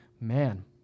Man